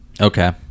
Okay